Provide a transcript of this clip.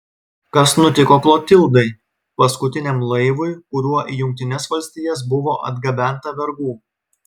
kas nutiko klotildai paskutiniam laivui kuriuo į jungtines valstijas buvo atgabenta vergų